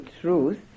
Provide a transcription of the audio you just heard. truth